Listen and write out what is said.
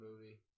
movie